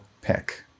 pick